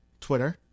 Twitter